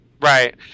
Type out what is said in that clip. Right